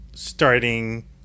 starting